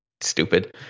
stupid